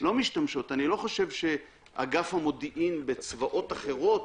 לא משתמשות - אני לא חושב שאגף המודיעין בצבאות אחרות